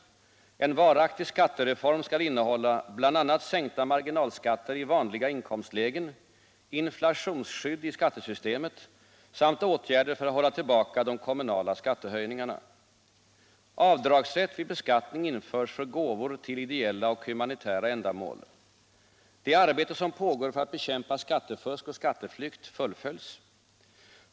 En varaktig skattereform skall innehålla bl.a. sänkta marginalskatter i vanliga inkomstlägen, inflationsskydd i skattesystemet samt åtgärder för att hålla tillbaka de kommunala skattehöjningarna. Det arbete som pågår för att bekämpa skattefusk och skatteflykt fullföljs.